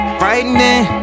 frightening